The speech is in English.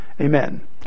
Amen